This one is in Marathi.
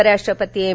उप राष्ट्रपती एम